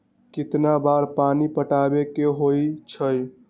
कितना बार पानी पटावे के होई छाई?